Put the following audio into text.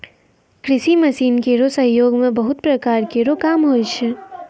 कृषि मसीन केरो सहयोग सें बहुत प्रकार केरो काम होय छै